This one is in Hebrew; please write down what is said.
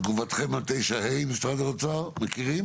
תגובתכם על 9(ה), משרד האוצר, מכירים?